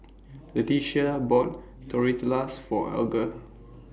Letitia bought Tortillas For Alger